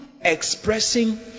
expressing